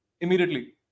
immediately